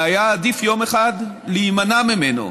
והיה עדיף יום אחד להימנע ממנו.